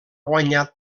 guanyat